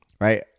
right